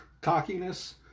cockiness